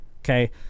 okay